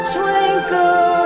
Twinkle